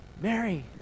Mary